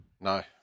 No